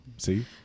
See